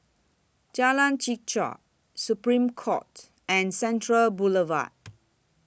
Jalan Chichau Supreme Court and Central Boulevard